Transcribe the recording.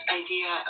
idea